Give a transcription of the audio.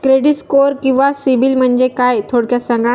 Credit score किंवा CIBIL म्हणजे काय? थोडक्यात सांगा